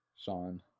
sean